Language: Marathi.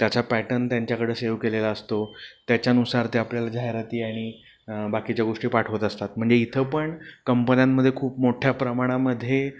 त्याचा पॅटर्न त्यांच्याकडं सेव केलेला असतो त्याच्यानुसार ते आपल्याला जाहिराती आणि बाकीच्या गोष्टी पाठवत असतात म्हणजे इथं पण कंपन्यांमध्ये खूप मोठ्या प्रमाणामध्ये